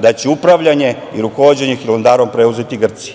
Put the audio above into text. da će upravljanje i rukovođenje Hilandara preuzeti Grci.